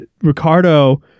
Ricardo